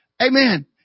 amen